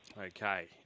Okay